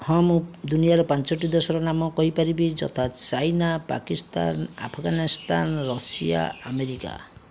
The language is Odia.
ହଁ ମୁଁ ଦୁନିଆର ପାଞ୍ଚଟି ଦେଶର ନାମ କହିପାରିବି ଯଥା China Pakistan Afghanistan Russia America